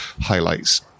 highlights